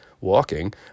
walking